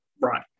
Right